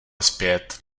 zpět